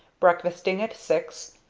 breakfasting at six,